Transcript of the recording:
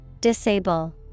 Disable